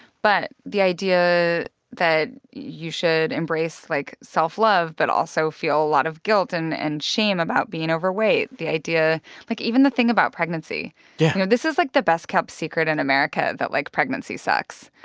but the idea that you should embrace, like, self-love but also feel a lot of guilt and and shame about being overweight, the idea like, even the thing about pregnancy yeah you know, this is like the best-kept secret in america that, like, pregnancy sucks